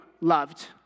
loved